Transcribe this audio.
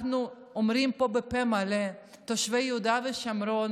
אנחנו אומרים פה בפה מלא: תושבי יהודה ושומרון,